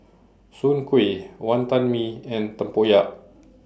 Soon Kuih Wantan Mee and Tempoyak